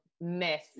myth